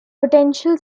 potential